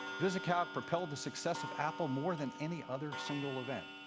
visicalc propelled the success of apple more than any other single event.